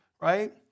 right